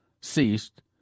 ceased